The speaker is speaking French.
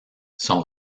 sont